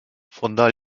fonda